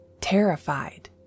terrified